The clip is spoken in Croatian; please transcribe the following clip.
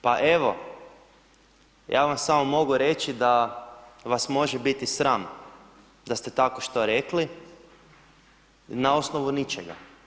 Pa evo, ja vam samo mogu reći da vas može biti sram da ste takvo što rekli na osnovu ničega.